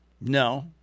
No